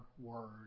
word